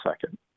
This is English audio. second